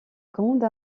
grande